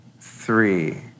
three